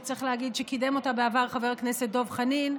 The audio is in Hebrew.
שצריך להגיד שקידם אותה בעבר חבר הכנסת דב חנין,